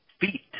feet